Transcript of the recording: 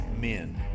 Men